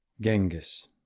Genghis